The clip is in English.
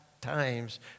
times